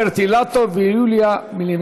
עדיין לא מוכר, ולכן המים שם מובלים